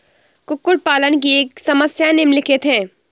कुक्कुट पालन की समस्याएँ निम्नलिखित हैं